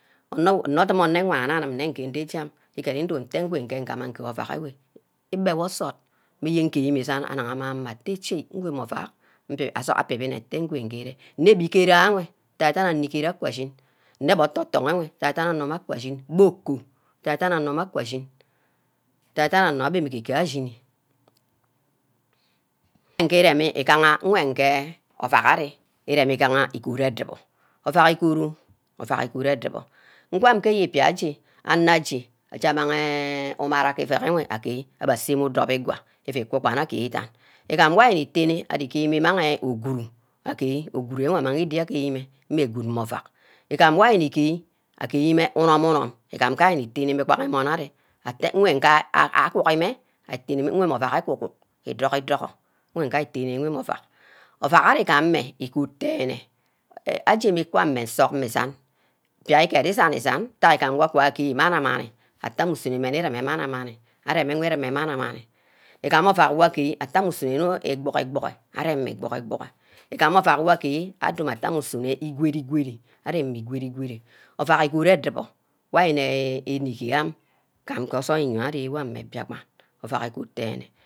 Nhe odum ene wana nne arim nnege nnejam ikare ndo nte ngama igear ovack enwe igba wor nsort meyen ngear mme isan amangha mmeh amah atte chod, ishimeh ovack abinimeh atte ngemi-re nne bigere anwe da-danga onor ibere aka ashin, nne mme oto-tong enwe ada-dan onor mmeh akwa ashin nor oko sa-daneh onor mmeh akwa ashin, sa-danch onor abbeh mme age-gear ashini we ndi reme nwege ovack ari egod edubor ovack igod oh ovack ogod edubopr ngwam ke eyibia age anor aje jamagi umara ke iveck enwe agear abbe aseh idobbi igwa, ifu kubag nna agear idan, igam wor ari nnitene, arigear mme imangeh uguru agee, uguru wor amang ibia agear mmeh mmeh god mmeh ovack igam wor ari nni gear. Agear mmeh unom-unom igam gba ari nni tene mmeh gba ke emon areh atte nweh nga ah guhe mmeh attene mme nwor mmeh ovack agu-gug, idugu-gughor wor nge ari itene mmeh ovack, ovack ari gameh igod denne abe ku-ameh nsug mmeh isan, ivai kere isan-isan ntack igam wor akiba agear manna manni atteh areh usunor mmeh mani-mani areneh irumeh mani-mani igam ovack wor agear atte ammeh isumor wor ibugor-ibugor arem mmeh igbugor ibugor igam ovack wor agear adoma atte ameh isunor werre-wereh arem mma igwereh gwereh, ovack igod edubor wanneh enishi ham gam ge osume iyoi amin mmeh mbiakpan ovack igod-denne